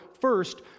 first